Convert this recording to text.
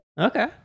Okay